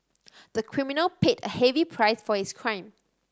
the criminal paid a heavy price for his crime